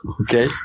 Okay